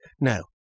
no